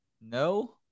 No